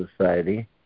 Society